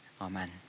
amen